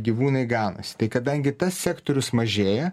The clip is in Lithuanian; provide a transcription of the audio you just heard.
gyvūnai ganosi kadangi tas sektorius mažėja